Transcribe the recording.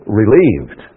relieved